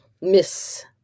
miss